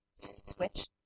switch